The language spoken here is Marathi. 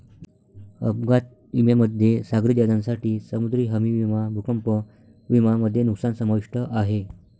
अपघात विम्यामध्ये सागरी जहाजांसाठी समुद्री हमी विमा भूकंप विमा मध्ये नुकसान समाविष्ट आहे